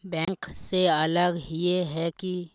Bank से अलग हिये है की?